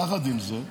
יחד עם זה,